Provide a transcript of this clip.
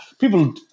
people